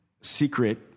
secret